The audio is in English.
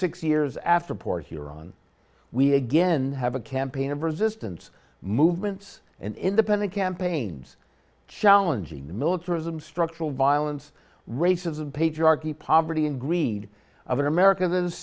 six years after port huron we again have a campaign of resistance movements and independent campaigns challenging the militarism structural violence racism patriarchy poverty and greed of an america